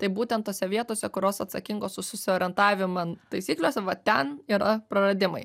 tai būtent tose vietose kurios atsakingos už susiorientavimą taisyklėse va ten yra praradimai